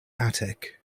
attic